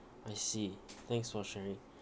I see thanks for sharing